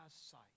sight